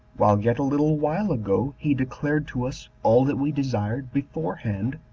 while yet a little while ago he declared to us all that we desired beforehand,